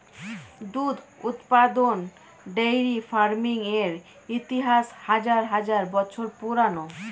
দুধ উৎপাদন dairy farming এর ইতিহাস হাজার হাজার বছর পুরানো